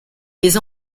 les